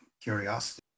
curiosity